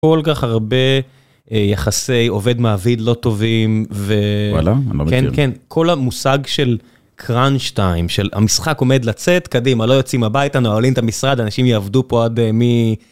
כל כך הרבה יחסי עובד-מעביד לא טובים, ו... וואלה, אני לא מכיר. כל המושג של קראנשטיים, של המשחק עומד לצאת, קדימה, לא יוצאים הביתה, נועלים את המשרד, אנשים יעבדו פה עד מ...